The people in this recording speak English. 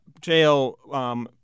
jail